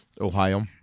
Ohio